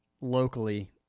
locally